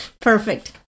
Perfect